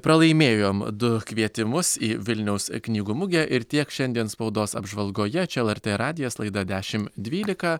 pralaimėjom du kvietimus į vilniaus knygų mugę ir tiek šiandien spaudos apžvalgoje čia lrt radijas laida dešimt dvylika